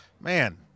Man